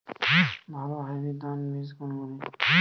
ভালো হাইব্রিড ধান বীজ কোনগুলি?